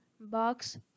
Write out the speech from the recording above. Box